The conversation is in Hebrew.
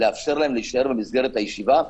לאפשר להם להישאר במסגרת הישיבה.